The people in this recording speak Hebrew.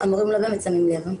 באמת שמים לב,